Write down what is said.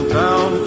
down